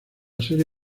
serie